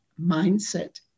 mindset